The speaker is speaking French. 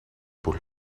pour